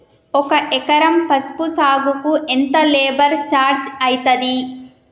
ఒక ఎకరం పసుపు సాగుకు ఎంత లేబర్ ఛార్జ్ అయితది?